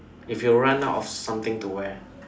if you run out of something to wear